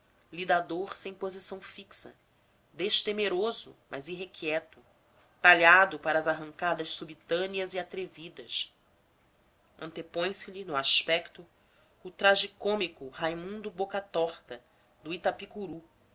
elegante lidador sem posição fixa destemeroso mas irrequieto talhado para as arrancadas subitâneas e atrevidas antepõe se lhe no aspecto o tragicômico raimundo boca torta do itapicuru